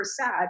sad